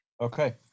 Okay